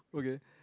okay